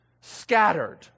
scattered